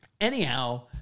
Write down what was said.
Anyhow